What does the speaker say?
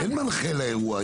אין מנחה לאירוע.